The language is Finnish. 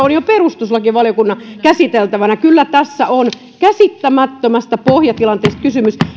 ovat jo perustuslakivaliokunnan käsiteltävänä kyllä tässä on käsittämättömästä pohjatilanteesta kysymys